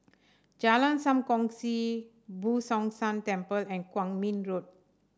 Jalan Sam Kongsi Boo Tong San Temple and Kwong Min Road